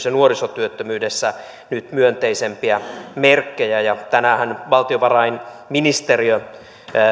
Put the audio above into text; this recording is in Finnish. ja nuorisotyöttömyydessä on nyt myönteisimpiä merkkejä tänäänhän valtiovarainministeriö